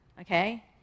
Okay